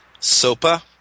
SOPA